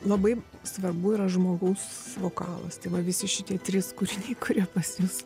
labai svarbu yra žmogaus vokalas tai va visi šitie trys kūriniai kurie pas jus